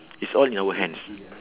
it's all in our hands